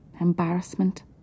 embarrassment